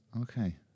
Okay